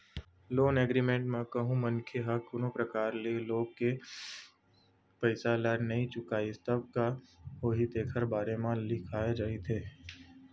loan agreement म कहूँ मनखे ह कोनो परकार ले लोन के पइसा ल नइ चुकाइस तब का होही तेखरो बारे म लिखाए रहिथे